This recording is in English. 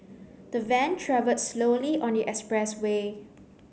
the van travelled slowly on the expressway